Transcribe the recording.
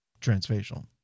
transfacial